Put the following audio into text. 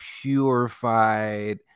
purified